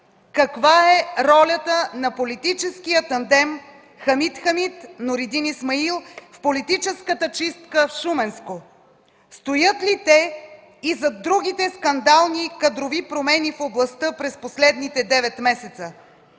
каква е ролята на политическия тандем Хамид Хамид – Нуридин Исмаил в политическата чистка в Шуменско? Стоят ли те и зад другите скандални и кадрови промени в областта през последните девет месеца?